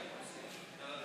המשותפת להביע אי-אמון